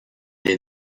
les